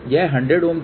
यह 100 Ω था